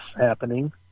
happening